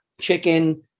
chicken